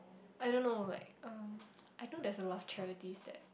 I don't know like um I know there's a lot of charities that